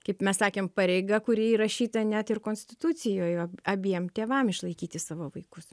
kaip mes sakėm pareiga kuri įrašyta net ir konstitucijoje abiem tėvam išlaikyti savo vaikus